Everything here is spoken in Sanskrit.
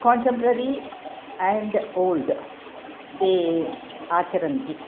काण्टम्प्ररी एण्ड् ओल्ड् ते आचरन्ति